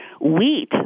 Wheat